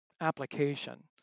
application